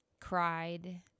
cried